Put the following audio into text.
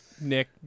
Nick